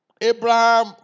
Abraham